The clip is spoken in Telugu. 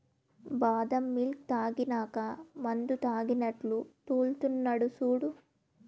బాదం మిల్క్ తాగినాక మందుతాగినట్లు తూల్తున్నడు సూడు